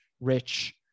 rich